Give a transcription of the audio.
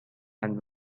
and